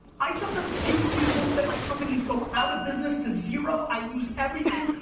i sometimes secretly hope that my companies go out of business to zero, i lose everything,